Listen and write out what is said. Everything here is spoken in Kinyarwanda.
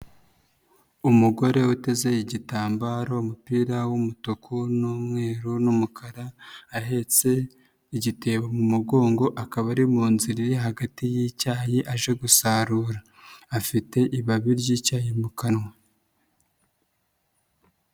Umugore uteze igitambaro umupira w'umutuku n'umweru n'umukara ahetse igitebo mu mugongo akaba ari mu nzira iri hagati y'icyayi aje gusarura. Afite ibabi ry'icyayi mu kanwa.